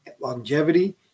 longevity